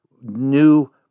new